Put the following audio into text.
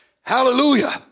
hallelujah